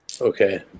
Okay